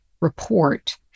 report